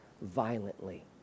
violently